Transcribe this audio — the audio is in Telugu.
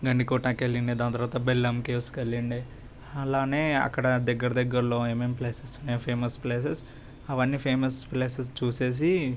గండికోటకి వెళ్ళిండే దాని తర్వాత బెలూం కేవ్స్కు వెళ్ళిండే అలానే అక్కడ దగ్గర దగ్గరలో ఏమేం ప్లేసెస్ ఉన్నాయో ఫేమస్ ప్లేసెస్ అవన్నీ ఫేమస్ ప్లేసెస్ చూసేసి